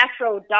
Afro